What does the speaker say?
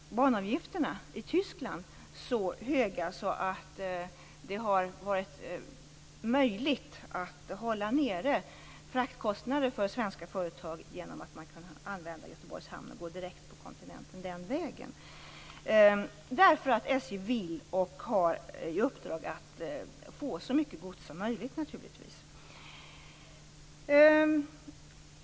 Banavgifterna i Tyskland är så höga att det har varit möjligt för svenska företag att hålla nere fraktkostnaderna genom att via Göteborgs hamn gå direkt på kontinenten. SJ vill naturligtvis och har i uppdrag att frakta så mycket gods som möjligt.